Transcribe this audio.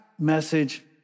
message